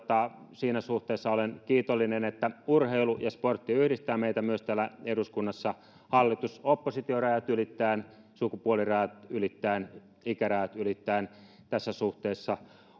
siinä suhteessa olen kiitollinen että urheilu ja sportti yhdistää meitä myös täällä eduskunnassa hallitus oppositio rajat ylittäen sukupuolirajat ylittäen ikärajat ylittäen tässä suhteessa